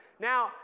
Now